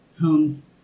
homes